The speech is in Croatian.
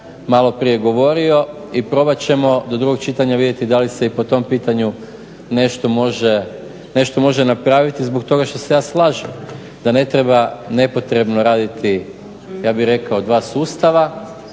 malo prije govorio i probat ćemo do drugog čitanja vidjeti da li se i po tom pitanju nešto može napraviti zbog toga što se ja slažem da ne treba nepotrebno raditi ja bih rekao dva sustava,